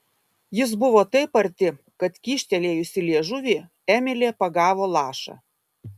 jis buvo taip arti kad kyštelėjusi liežuvį emilė pagavo lašą